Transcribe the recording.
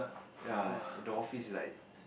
ya in the office like